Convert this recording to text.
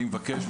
אני מבקש,